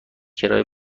کرایه